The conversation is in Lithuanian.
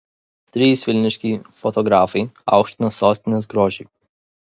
trys vilniškiai fotografai aukština sostinės grožį